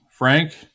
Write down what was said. Frank